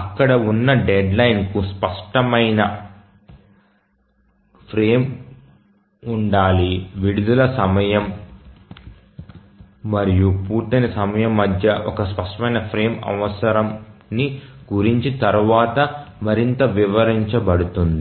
అక్కడ ఉన్న డెడ్లైన్కు స్పష్టమైన ప్రేమ్ ఉండాలి విడుదల సమయం మరియు పూర్తయిన సమయం మధ్య ఒక స్పష్టమైన ఫ్రేమ్ అవసరాన్ని గురించి తరువాత మరింత వివరించబడుతుంది